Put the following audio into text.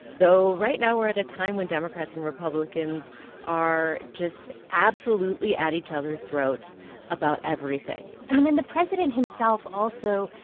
though right now we're at a time when democrats and republicans are just absolutely at each other's throats about everything and then the president himself also,